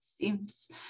seems